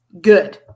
Good